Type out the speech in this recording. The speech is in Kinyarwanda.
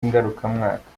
ngarukamwaka